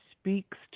speaks